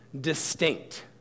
distinct